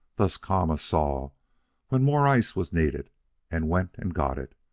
thus, kama saw when more ice was needed and went and got it,